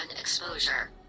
exposure